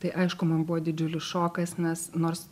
tai aišku man buvo didžiulis šokas nes nors